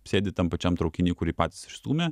sėdi tam pačiam traukiny kurį pats išstūmė